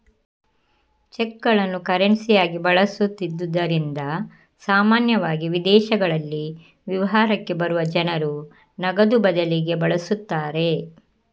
ಚೆಕ್ಗಳನ್ನು ಕರೆನ್ಸಿಯಾಗಿ ಬಳಸುತ್ತಿದ್ದುದರಿಂದ ಸಾಮಾನ್ಯವಾಗಿ ವಿದೇಶಗಳಲ್ಲಿ ವಿಹಾರಕ್ಕೆ ಬರುವ ಜನರು ನಗದು ಬದಲಿಗೆ ಬಳಸುತ್ತಾರೆ